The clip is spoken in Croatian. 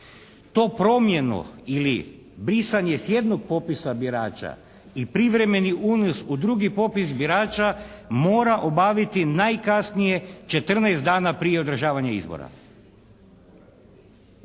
tu promjenu ili brisanje sa jednog popisa birača i privremeni unos u drugi popis birača mora obaviti najkasnije 14 dana prije održavanja izbora.